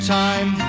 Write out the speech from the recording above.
time